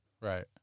Right